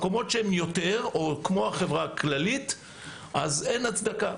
במקומות שהם יותר או כמו החברה הכללית אין הצדקה.